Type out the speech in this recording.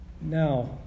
Now